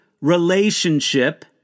relationship